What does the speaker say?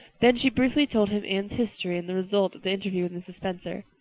then she briefly told him anne's history and the result of the interview with mrs. spencer.